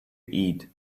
eat